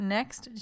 Next